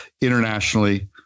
internationally